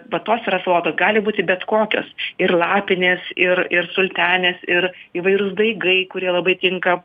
va tos yra salotos gali būti bet kokios ir lapinės ir ir sultenės ir įvairūs daigai kurie labai tinka